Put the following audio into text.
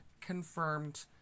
confirmed